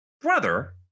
brother